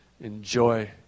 Enjoy